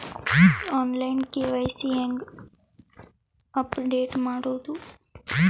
On line KYC ಹೇಂಗ update ಮಾಡೋದು?